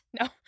no